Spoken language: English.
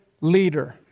leader